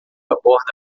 aborda